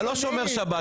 אתה לא שומר שבת.